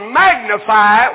magnify